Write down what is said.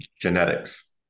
genetics